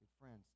Friends